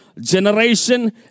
generation